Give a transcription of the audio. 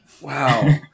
Wow